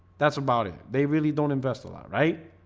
that's about it they really don't invest a lot right?